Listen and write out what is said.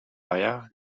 arrières